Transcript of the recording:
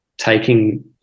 taking